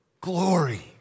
glory